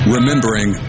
Remembering